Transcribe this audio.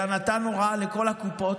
אלא נתן הוראה לכל הקופות: